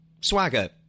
swagger